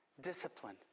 discipline